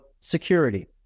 security